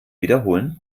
wiederholen